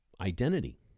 identity